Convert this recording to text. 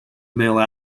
male